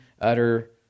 utter